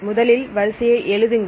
முதலில் வரிசையை எழுதுங்கள்